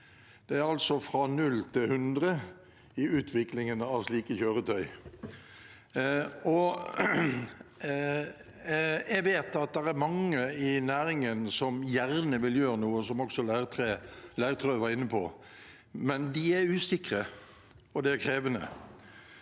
er det altså fra 0 til 100 i utviklingen av slike kjøretøy. Jeg vet at det er mange i næringen som gjerne vil gjøre noe – som også Leirtrø var inne på – men de er usikre, og det er krevende.